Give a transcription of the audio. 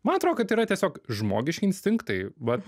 man atro kad yra tiesiog žmogiški instinktai vat